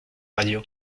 radio